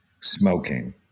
Smoking